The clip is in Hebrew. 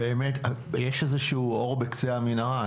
יש איזשהו אור בקצה המנהרה.